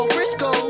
Frisco